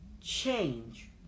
change